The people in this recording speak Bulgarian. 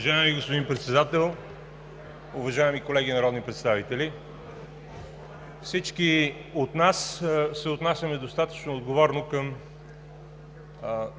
Уважаеми господин Председател, уважаеми колеги народни представители! Всички от нас се отнасяме достатъчно отговорно към